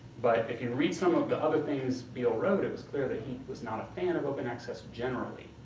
but if you read some of the other things beal wrote it was clear that he was not a fan of open access generally,